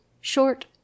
short